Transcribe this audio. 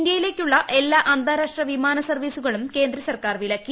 ഇന്ത്യയിലേക്കുള്ള എല്ലാ അന്താരാഷ്ട്ര വിമാന സർവ്വീസുകളും കേന്ദ്ര സർക്കാർ വിലക്കി